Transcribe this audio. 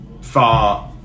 far